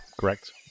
correct